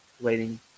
waiting